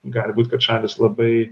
gali būt kad šalys labai